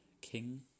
King